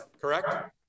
correct